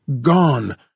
gone